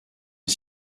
est